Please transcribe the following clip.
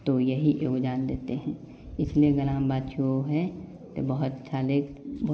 तो यही योगजान देते हैं इसलिए ग्रामवासी हैं बहुत सारे ब